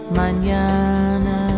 mañana